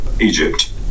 Egypt